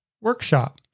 workshop